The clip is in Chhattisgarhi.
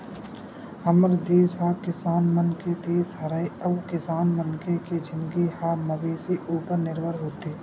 हमर देस ह किसान मन के देस हरय अउ किसान मनखे के जिनगी ह मवेशी उपर निरभर होथे